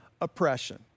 oppression